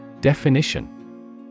Definition